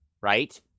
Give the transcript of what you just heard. right